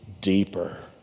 Deeper